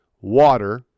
water